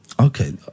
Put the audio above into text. Okay